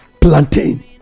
plantain